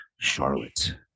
Charlotte